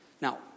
Now